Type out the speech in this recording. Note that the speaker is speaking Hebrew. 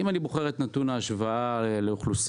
אם אני בוחר את נתון ההשוואה לאוכלוסייה,